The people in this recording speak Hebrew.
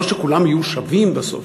לא שכולם יהיו שווים בסוף,